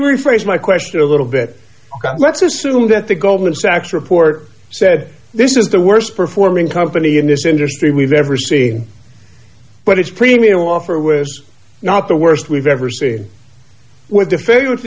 rephrase my question a little bit let's assume that the goldman sachs report said this is the worst performing company in this industry we've ever seen but it's premium offer were not the worst we've ever seen with the fail